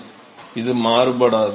மாணவர் இது மாறுபடாது